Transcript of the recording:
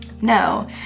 no